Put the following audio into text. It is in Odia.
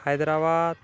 ହାଇଦ୍ରାବାଦ